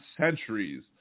centuries